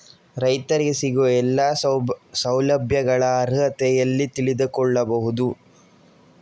ರೈತರಿಗೆ ಸಿಗುವ ಎಲ್ಲಾ ಸೌಲಭ್ಯಗಳ ಅರ್ಹತೆ ಎಲ್ಲಿ ತಿಳಿದುಕೊಳ್ಳಬಹುದು?